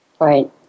Right